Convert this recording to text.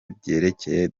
hotel